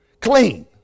clean